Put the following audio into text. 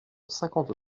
cinquante